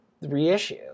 reissue